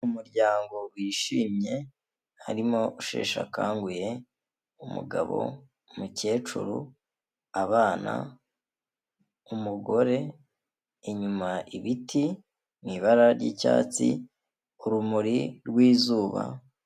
Umuryango wishimye, harimo usheshakanguye, umugabo, umukecuru, abana, umugore, inyuma ibiti, mu ibara ry'icyatsi, urumuri rw'izuba.